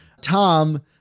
Tom